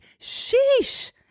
Sheesh